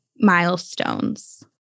milestones